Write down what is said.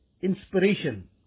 inspiration